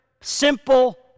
simple